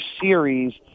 series